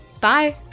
Bye